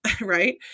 right